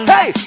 Hey